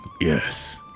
Yes